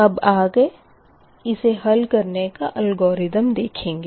अब आगे इसे हल करने का अलगोरिथम देखेंगे